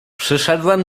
przyszedłem